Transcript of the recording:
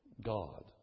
God